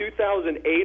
2008